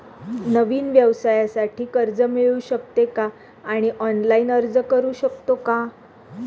नवीन व्यवसायासाठी कर्ज मिळू शकते का आणि ऑनलाइन अर्ज करू शकतो का?